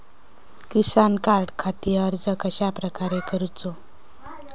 किसान कार्डखाती अर्ज कश्याप्रकारे करूचो?